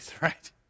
right